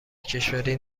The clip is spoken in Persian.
کشوری